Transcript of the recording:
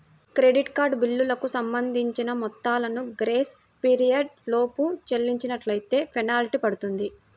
credit card బిల్లులకు సంబంధించిన మొత్తాలను గ్రేస్ పీరియడ్ లోపు చెల్లించనట్లైతే ఫెనాల్టీ పడుతుంది